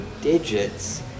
digits